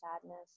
sadness